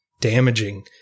damaging